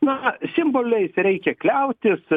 na simboliais reikia kliautis